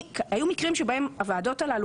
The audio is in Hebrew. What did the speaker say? היו מקרים שקבעו, למשל,